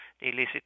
illicit